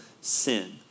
sin